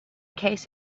case